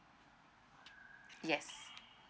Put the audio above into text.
yes